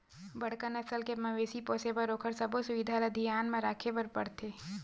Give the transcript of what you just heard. बड़का नसल के मवेशी पोसे बर ओखर सबो सुबिधा ल धियान म राखे बर परथे